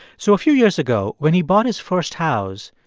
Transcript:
so a few years ago when he bought his first house,